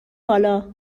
بالا